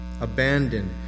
abandoned